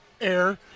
air